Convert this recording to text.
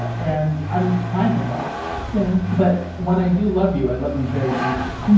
ah and i'm fine with that yeah but when i do love you, i love you very deeply.